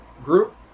Group